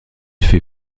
fait